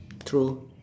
true